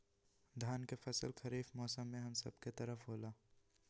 धान के फसल खरीफ मौसम में हम सब के तरफ होला